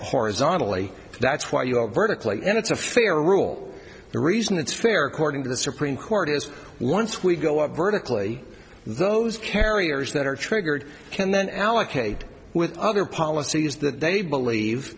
horizontally that's why you're vertically and it's a fair rule the reason it's fair court in the supreme court is once we go up vertically those carriers that are triggered can then allocate with other policies that they believe